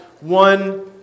one